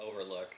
overlook